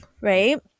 right